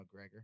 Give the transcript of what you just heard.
McGregor